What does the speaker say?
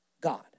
God